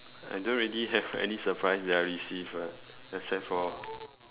I don't really have any surprise that I receive ah except for